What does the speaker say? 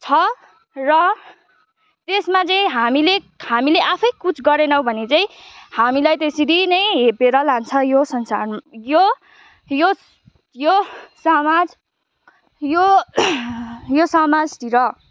छ र त्यसमा चाहिँ हामीले हामीले आफै कुछ गरेनौँ भने चाहिँ हामीलाई त्यसरी नै हेपेर लान्छ यो संसार यो यो यो समाज यो यो समाजतिर